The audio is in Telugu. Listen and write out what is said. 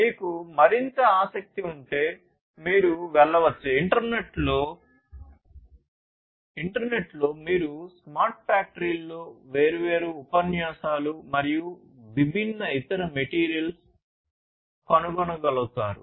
మీకు మరింత ఆసక్తి ఉంటే మీరు వెళ్ళవచ్చు ఇంటర్నెట్లో మీరు స్మార్ట్ ఫ్యాక్టరీలలో వేర్వేరు ఉపన్యాసాలు మరియు విభిన్న ఇతర materials కనుగొనగలుగుతారు